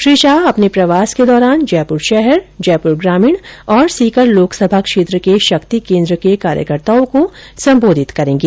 श्री शाह अपने प्रवास के दौरान जयपुर शहर जयपुर ग्रामीण और सीकर लोकसभा क्षेत्र के शक्ति केन्द्र के कार्यकर्ताओं को संबोधित करेंगे